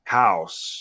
house